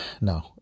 no